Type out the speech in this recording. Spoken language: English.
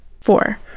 Four